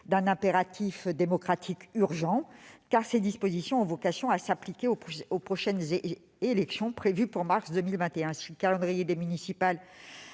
d'un impératif démocratique urgent, car ses dispositions ont vocation à s'appliquer aux prochaines élections, prévues pour le mois